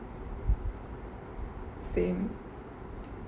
same